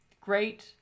Great